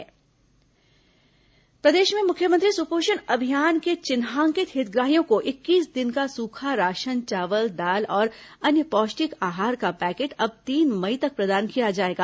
corona सुखा राशन प्रदेश में मुख्यमंत्री सुपोषण अभियान के चिन्हांकित हितग्राहियों को इक्कीस दिन का सूखा राशन चावल दाल और अन्य पोष्टिक आहार का पैकेट अब तीन मई तक प्रदान किया जाएगा